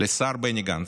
לשר בני גנץ.